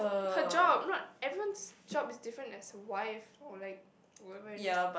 her job not everyone's job is different as a wife or like whatever it is